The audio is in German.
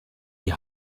die